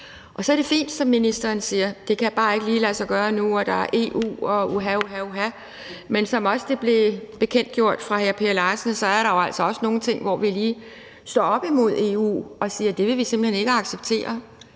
Og så er det fint, hvad ministeren siger: Det kan bare ikke lige lade sig gøre nu, og der er EU, og uha uha. Men som det også blev bekendtgjort af hr. Per Larsen, er der jo altså også nogle ting, hvor vi lige står op imod EU og siger: Det vil vi simpelt hen ikke acceptere.